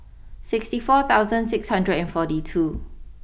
sixty four thousand six hundred and forty two